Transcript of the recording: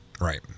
Right